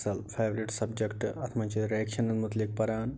اصٕل favourite subject اتھ منٛز چھِ رِیکشنن متعلق پَران